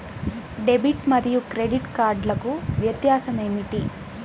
Debit మరియు credit కార్డ్లకు వ్యత్యాసమేమిటీ?